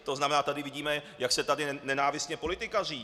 To znamená, tady vidíme, jak se tady nenávistně politikaří.